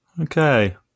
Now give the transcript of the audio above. okay